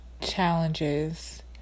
challenges